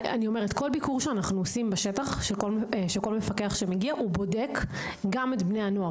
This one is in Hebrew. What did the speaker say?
בכל ביקור בשטח המפקח בודק גם את בני הנוער.